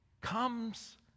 comes